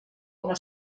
una